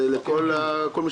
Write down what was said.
אלא לכל הארץ.